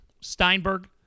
Steinberg